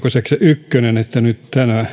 ykkönen että nyt